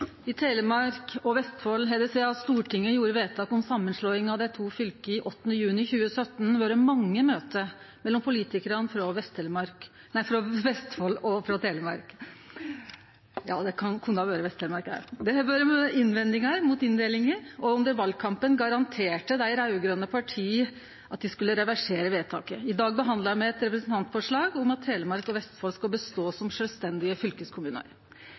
I Telemark og Vestfold har det sidan Stortinget gjorde vedtak om samanslåing av dei to fylka 8. juni 2017, vore mange møte mellom politikarane frå Vestfold og Telemark. Det har vore innvendingar mot inndelinga, og under valkampen garanterte dei raud-grøne partia at dei skulle reversere vedtaket. I dag behandlar me eit representantforslag om at Telemark og Vestfold skal bestå som sjølvstendige fylkeskommunar.